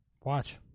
Watch